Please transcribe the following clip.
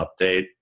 update